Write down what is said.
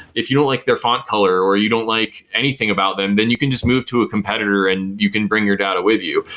if you don't like their font color or you don't like anything about them then you can just move to a competitor and you can bring your data with you.